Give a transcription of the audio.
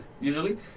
usually